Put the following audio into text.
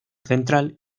central